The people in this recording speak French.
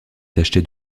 taché